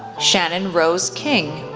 shannon rose king,